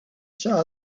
saw